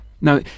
Now